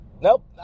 Nope